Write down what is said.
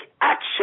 action